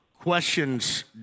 questions